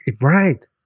right